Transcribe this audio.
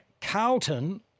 Carlton